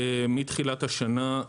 מתחילת השנה,